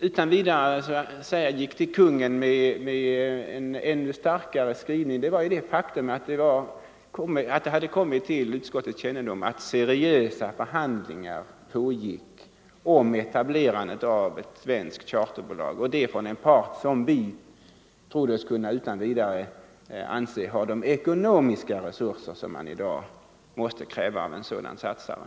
utan vidare gick till kungen med en ännu starkare skrivning beror på att det kom till utskottets kännedom att seriösa förhandlingar om eta blering av ett svenskt charterbolag pågick med en part, som utan vidare 35 kan anses ha de ekonomiska resurser som i dag måste krävas för etablering på detta område.